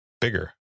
bigger